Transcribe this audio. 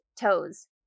toes